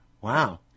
Wow